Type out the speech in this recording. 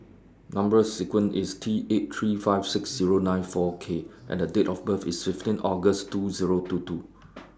Number sequence IS T eight three five six Zero nine four K and A Date of birth IS fifteen August two Zero two two